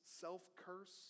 self-curse